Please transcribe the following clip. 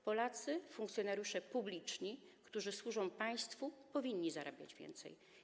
Polacy, funkcjonariusze publiczni, którzy służą państwu, powinni zarabiać więcej.